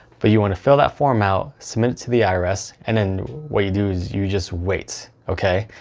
but you want to fill that form out, submit it to the irs, and then what you do is you just wait okay.